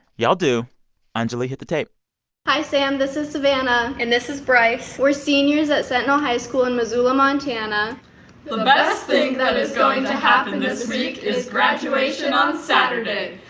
y'all do anjuli, hit the tape hi, sam. this is savannah and this is bryce we're seniors at sentinel high school in missoula, mont the best thing that is going to happen this week is graduation on saturday.